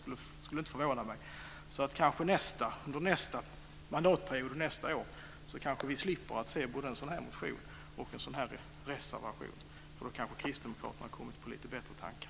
Kanske slipper vi under nästa år och under nästa mandatperiod se både en sådan här motion och en sådan här reservation. Då kommer Kristdemokraterna kanske på lite bättre tankar.